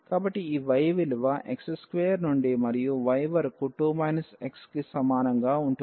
కాబట్టి ఈ y విలువ x2 నుండి మరియు y వరకు 2 x కి సమానంగా ఉంటుంది